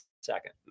second